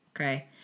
okay